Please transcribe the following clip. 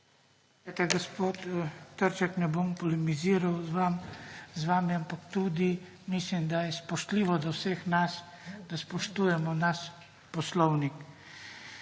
Glejte, gospod Trček, ne bom polemiziral z vami, ampak tudi, mislim da je spoštljivo do vseh nas, da spoštujemo naš Poslovnik.